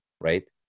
right